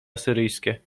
asyryjskie